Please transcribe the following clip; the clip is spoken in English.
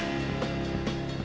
and